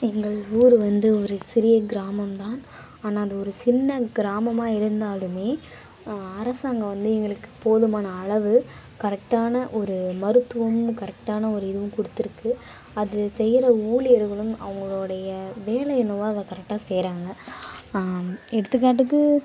எங்கள் ஊர் வந்து ஒரு சிறிய கிராமம்தான் ஆனால் அது ஒரு சின்ன கிராமமாக இருந்தாலும் அரசாங்கம் வந்து எங்களுக்கு போதுமான அளவு கரெக்டான ஒரு மருத்துவமும் கரெக்டான ஒரு இதுவும் கொடுத்துருக்கு அது செய்கிற ஊழியர்களும் அவங்களோடைய வேலை என்னவோ அதை கரெக்டாக செய்கிறாங்க எடுத்துக்காட்டுக்கு